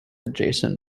adjacent